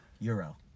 euro